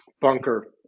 bunker